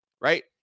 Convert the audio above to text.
right